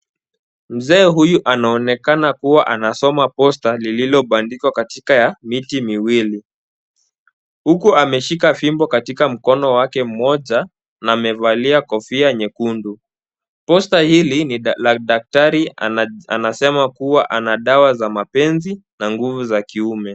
Mzee huyu anaonekana kuwa anasoma poster lililobandikwa katika miti miwili huku ameshika fimbo katika mkono mmoja na amevalia kofia nyekundu . Poster hili ni la daktari anasema kuwa ana dawa za mapenzi na nguvu za kiume.